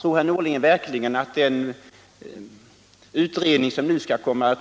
Tror herr Norling verkligen att den utredning som nu skall komma